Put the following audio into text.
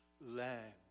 land